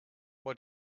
what